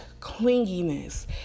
clinginess